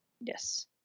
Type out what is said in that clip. yes